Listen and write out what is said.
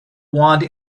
want